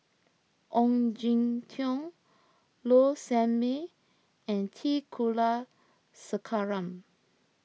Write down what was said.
Ong Jin Teong Low Sanmay and T Kulasekaram